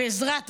בעזרת השם,